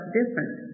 different